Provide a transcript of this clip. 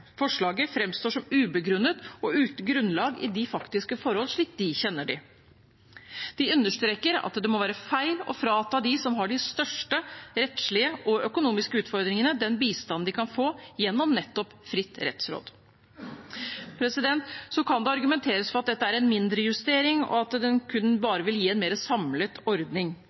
forslaget framstår som ubegrunnet og uten grunnlag i de faktiske forhold, slik de kjenner dem. De understreker at det må være feil å frata dem som har de største rettslige og økonomiske utfordringene, den bistanden de kan få gjennom nettopp fritt rettsråd. Det kan argumenteres for at dette er en mindre justering, og at den bare vil gi en mer samlet ordning.